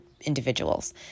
individuals